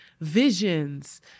visions